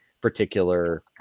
particular